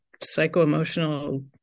psycho-emotional